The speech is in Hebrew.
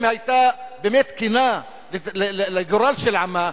אם היתה באמת כנה לגורל של עמה,